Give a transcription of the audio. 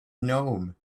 gnome